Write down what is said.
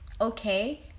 okay